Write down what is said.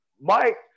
Mike